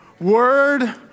word